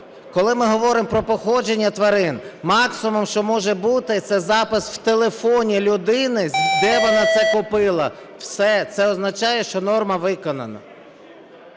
Коли ми говоримо про походження тварин, максимум, що може бути – це запис в телефоні людини, де вона це купила, все. Це означає, що норма виконана.